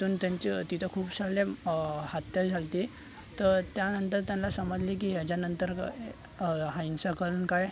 तिथून त्यांचं तिथं खूप सारे हत्या झाली होती तर त्यानंतर त्यांना समजले की येच्यानंतर ग ह्यांचाकडनं काय